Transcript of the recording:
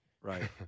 Right